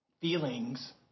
feelings